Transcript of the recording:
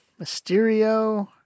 Mysterio